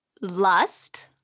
Lust